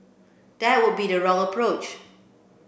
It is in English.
that would be the wrong approach